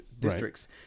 Districts